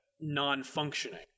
non-functioning